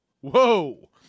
Whoa